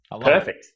Perfect